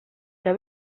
que